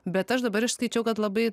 bet aš dabar išskaičiau kad labai